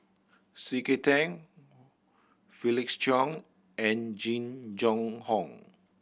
C K Tang Felix Cheong and Jing Jun Hong